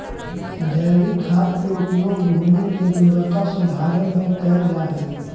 जैविक खाद के उपयोग भूमि के गुणवत्ता सुधारे में कैल जा हई